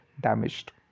damaged